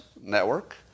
network